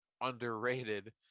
underrated